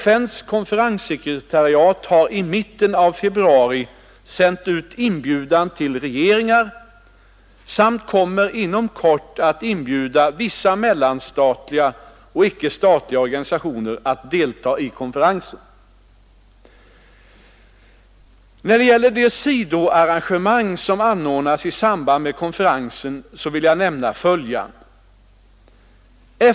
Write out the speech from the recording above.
FN:s konferenssekretariat har i mitten av februari sänt ut inbjudan till regeringar samt kommer inom kort att inbjuda vissa mellanstatliga och icke-statliga organisationer att delta i konferensen. I vad gäller de sidoarrangemang som anordnas i samband med konferensen vill jag nämna följande.